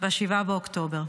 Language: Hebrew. ב-7 באוקטובר.